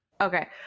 Okay